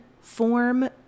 form